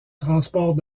transport